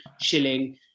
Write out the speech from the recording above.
shilling